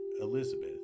Elizabeth